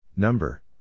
Number